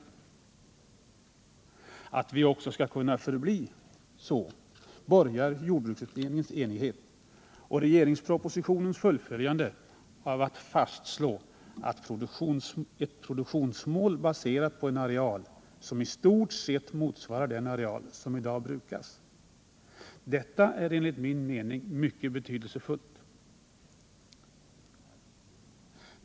Fredagen den Att Sverige också skall kunna förbli detta, borgar jordbruksutredningens 16 december 1977 enighet och propositionen för, där det fastslås ett produktionsmål baserat på en areal som i stort sett motsvarar dagens. Detta är enligt min mening Jordbrukspolitimycket betydelsefullt. ken, m.m.